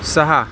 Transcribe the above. सहा